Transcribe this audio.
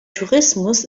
tourismus